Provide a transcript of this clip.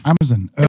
Amazon